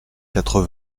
quatre